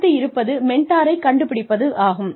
அடுத்து இருப்பது மெண்டாரை கண்டுபிடிப்பதாகும்